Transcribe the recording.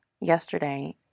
yesterday